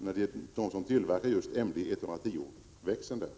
Det är Ericssonkoncernen som tillverkar just växeln MD 110.